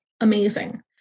amazing